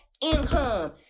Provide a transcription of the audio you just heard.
income